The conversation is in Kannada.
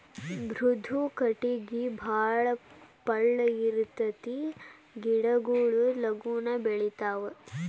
ಮೃದು ಕಟಗಿ ಬಾಳ ಪಳ್ಳ ಇರತತಿ ಗಿಡಗೊಳು ಲಗುನ ಬೆಳಿತಾವ